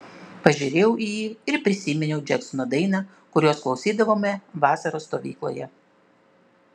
pažiūrėjau į jį ir prisiminiau džeksono dainą kurios klausydavome vasaros stovykloje